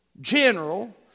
General